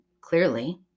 clearly